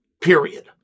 Period